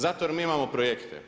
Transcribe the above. Zato jer mi imamo projekte.